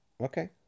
okay